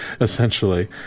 essentially